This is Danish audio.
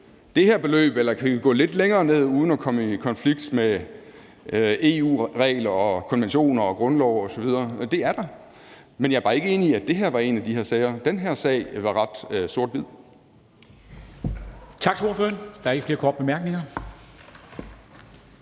andet beløb eller vi kan gå lidt længere ned uden at komme i konflikt med EU-regler, konventioner, grundlov osv. Det er der, men jeg er bare ikke enig i, at det her var en af de sager. Den her sag var ret sort-hvid.